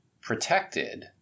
protected